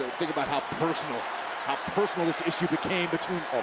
think about how personal ah personal this issue became between.